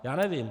Já nevím.